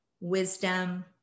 Wisdom